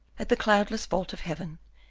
at the cloudless vault of heaven,